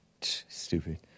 Stupid